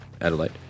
Adelaide